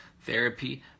therapy